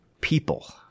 people